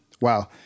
Wow